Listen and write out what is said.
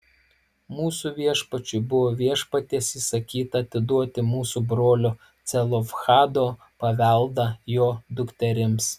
mūsų viešpačiui buvo viešpaties įsakyta atiduoti mūsų brolio celofhado paveldą jo dukterims